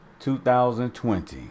2020